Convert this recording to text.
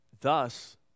Thus